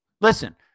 Listen